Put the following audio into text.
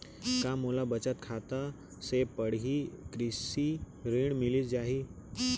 का मोला बचत खाता से पड़ही कृषि ऋण मिलिस जाही?